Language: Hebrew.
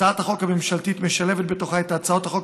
הצעת החוק הממשלתית משלבת בתוכה את הצעות החוק